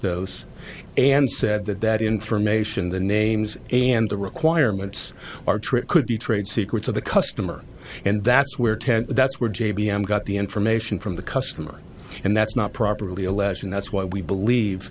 those and said that that information the names and the requirements are true it could be trade secrets of the customer and that's where ted that's where j b m got the information from the customer and that's not properly alleging that's why we believe